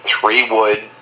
three-wood